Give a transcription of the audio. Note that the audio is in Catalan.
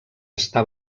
està